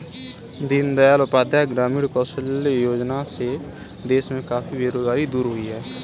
दीन दयाल उपाध्याय ग्रामीण कौशल्य योजना से देश में काफी बेरोजगारी दूर हुई है